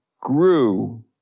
grew